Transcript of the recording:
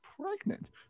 pregnant